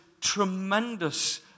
tremendous